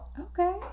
Okay